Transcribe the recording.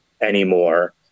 anymore